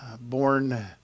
born